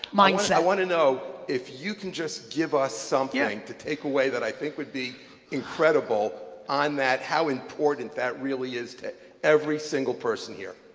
mindset. i wanna know if you can just give us something to take away that i think would be incredible on that how important that really is to every single person here.